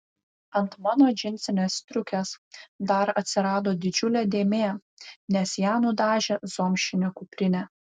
ant mano džinsinės striukės dar atsirado didžiulė dėmė nes ją nudažė zomšinė kuprinė